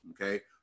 okay